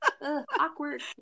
awkward